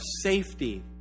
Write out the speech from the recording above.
safety